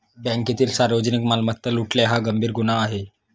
बँकेतील सार्वजनिक मालमत्ता लुटणे हा गंभीर गुन्हा आहे